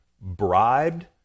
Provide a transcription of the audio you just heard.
bribed